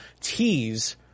tease